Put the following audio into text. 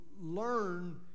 learn